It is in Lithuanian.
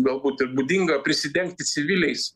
galbūt ir būdinga prisidengti civiliais